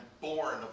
born